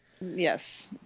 Yes